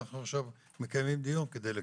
אנחנו עכשיו מקדמים דיון כדי לקדם.